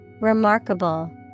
Remarkable